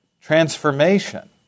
transformation